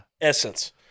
essence